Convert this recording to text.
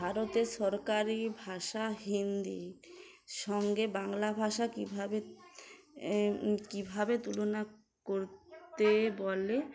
ভারতের সরকারি ভাষা হিন্দি সঙ্গে বাংলা ভাষা কীভাবে কীভাবে তুলনা করতে বলে